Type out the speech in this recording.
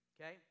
okay